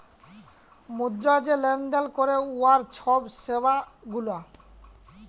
মুদ্রা যে লেলদেল ক্যরে উয়ার ছব সেবা গুলা